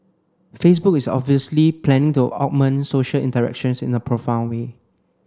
Facebook is obviously planning to augment social interactions in a profound way